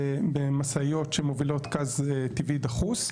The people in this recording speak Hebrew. במשאיות שמובילות גז טבעי דחוס.